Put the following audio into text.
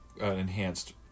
enhanced